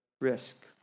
risk